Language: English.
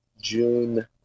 June